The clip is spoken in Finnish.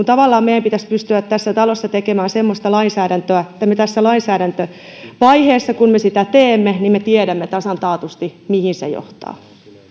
tavallaan meidän pitäisi pystyä tässä talossa tekemään semmoista lainsäädäntöä että me tässä lainsäädäntövaiheessa kun me sitä teemme tiedämme tasan taatusti mihin se johtaa